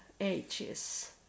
ages